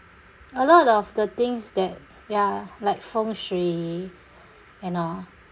a lot of the things that ya like fengshui and all